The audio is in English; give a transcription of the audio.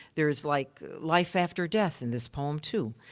there's like life after death in this poem, too.